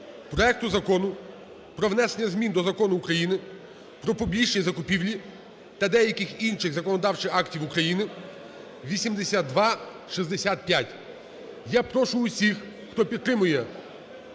проекту Закону про внесення змін до Закону України "Про публічні закупівлі" та деяких інших законодавчих актів України, 8265. Я прошу всіх, хто підтримує